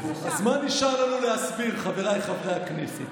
אז מה נשאר לנו להסביר, חבריי חברי הכנסת?